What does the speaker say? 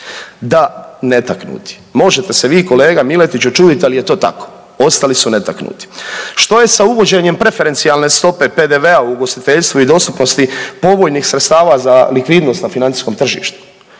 Da netaknuti, možete se vi kolega Miletiću čuditi, al je to tako, ostali su netaknuti. Što je sa uvođenjem preferencijalne stope PDV-a u ugostiteljstvu i dostupnosti povoljnih sredstava za likvidnost na financijskom tržištu?